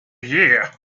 year